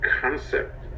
concept